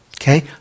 okay